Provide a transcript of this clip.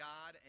God